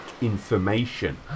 information